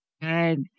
Good